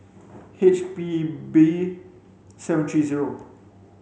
H P B seven three zero